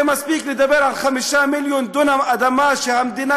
מספיק לדבר על 5 מיליון דונם אדמה שהמדינה